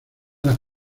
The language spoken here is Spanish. las